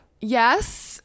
Yes